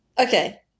Okay